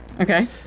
Okay